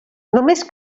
només